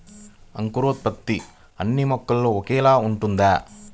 అంకురోత్పత్తి అన్నీ మొక్కలో ఒకేలా ఉంటుందా?